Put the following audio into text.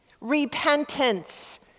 Repentance